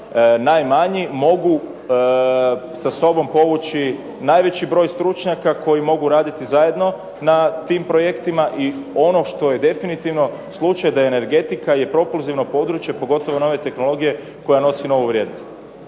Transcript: najmanji, mogu sa sobom povući najveći broj stručnjaka koji mogu raditi zajedno na tim projektima, i ono što je definitivno slučaj da energetika je propulzivno područje, pogotovo na ove tehnologije koja nosi novu vrijednost.